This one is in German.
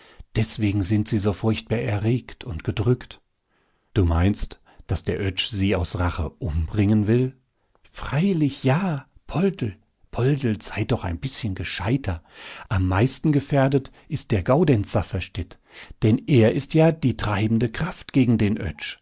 deswegen sind sie so furchtbar erregt und gedrückt du meinst daß der oetsch sie aus rache umbringen will freilich ja poldl poldl sei doch ein bißchen gescheiter am meisten gefährdet ist der gaudenz safferstätt denn er ist ja die treibende kraft gegen den